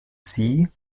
sie